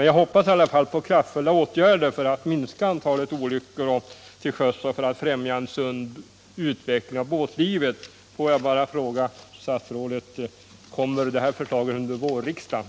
Jag hoppas i alla fall på kraftfulla åtgärder för att minska antalet olyckor till sjöss och för att främja en sund utveckling av båtlivet. Får jag till slut fråga statsrådet: Kommer detta förslag under vårriksdagen?